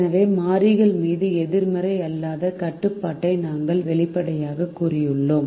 எனவே மாறிகள் மீது எதிர்மறை அல்லாத கட்டுப்பாட்டை நாங்கள் வெளிப்படையாகக் கூறியுள்ளோம்